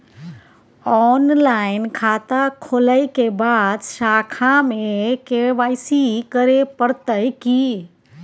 Online खाता खोलै के बाद शाखा में के.वाई.सी करे परतै की?